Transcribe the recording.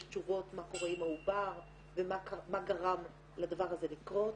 תשובות מה קורה עם העובר ומה גרם לדבר הזה לקרות